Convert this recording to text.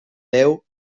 deu